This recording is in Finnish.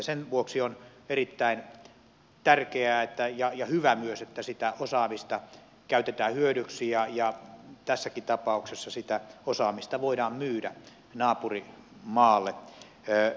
sen vuoksi on erittäin tärkeää ja hyvä myös että sitä osaamista käytetään hyödyksi ja tässäkin tapauksessa sitä osaamista voidaan myydä naapurimaalle